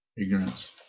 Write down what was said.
Ignorance